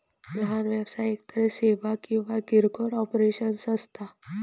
लहान व्यवसाय एकतर सेवा किंवा किरकोळ ऑपरेशन्स असता